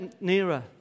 nearer